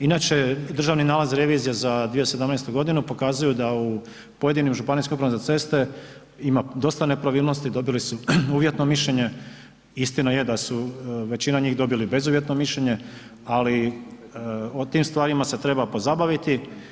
Inače državni nalazi revizije za 2017. g. pokazuju da u pojedinim županijskim upravama za ceste ima dosta nepravilnosti, dobili su uvjetno mišljenje, istina je da su većina njih bezuvjetno mišljenje ali o tim stvarima se treba pozabaviti.